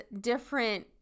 different